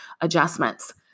adjustments